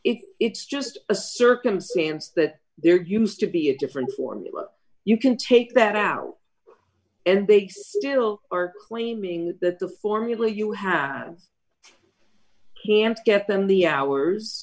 it's just a circumstance that there used to be a different form you can take that out and they still are claiming that the formula you have can't get them the hours